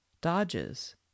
dodges